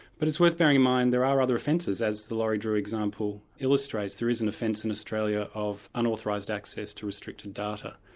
but it's worth bearing in mind there are other offences, as the laurie drew example illustrates. there is an offence in australia of unauthorised access to restricted data,